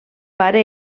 pare